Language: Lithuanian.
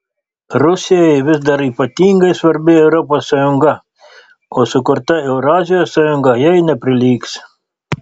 rusijai vis dar ypatingai svarbi europos sąjunga o sukurta eurazijos sąjunga jai neprilygs